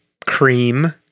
cream